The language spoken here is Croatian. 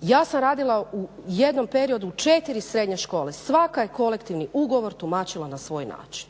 ja sam radila u jednom periodu u četiri srednje škole, svaka je kolektivni ugovor tumačila na svoj način